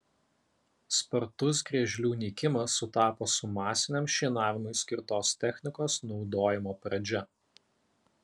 spartus griežlių nykimas sutapo su masiniam šienavimui skirtos technikos naudojimo pradžia